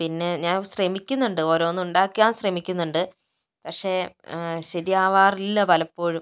പിന്നെ ഞാൻ ശ്രമിക്കുന്നുണ്ട് ഓരോന്നുണ്ടാക്കാൻ ശ്രമിക്കുന്നുണ്ട് പക്ഷേ ശരിയാകാറില്ല പലപ്പോഴും